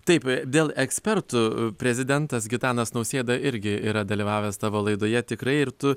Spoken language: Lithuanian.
taip dėl ekspertų prezidentas gitanas nausėda irgi yra dalyvavęs tavo laidoje tikrai ir tu